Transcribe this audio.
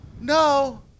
no